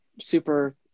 super